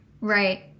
Right